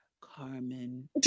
Carmen